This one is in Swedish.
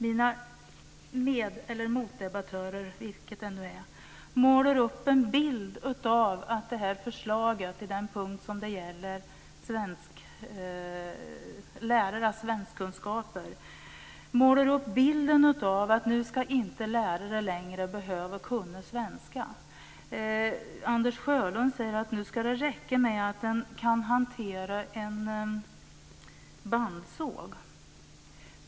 Mina med eller motdebattörer, vilket det nu är, målar upp en bild av att förslaget i vad gäller lärarnas svenskkunskaper innebär att lärare inte längre ska behöva kunna svenska. Anders Sjölund säger att det nu ska räcka med att man kan hantera en bandsåg.